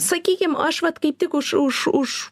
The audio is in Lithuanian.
sakykim aš vat kaip tik už už už